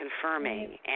confirming